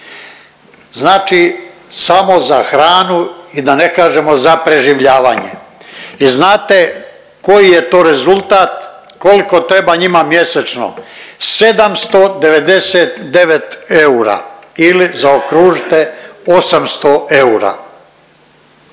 znači samo za hranu i da ne kažemo za preživljavanje. I znate koji je to rezultat, kolko treba njima mjesečno? 799 eura ili zaokružite 800 eura.